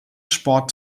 sport